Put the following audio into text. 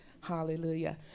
Hallelujah